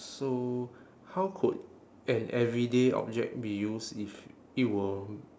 so how could an everyday object be used if it were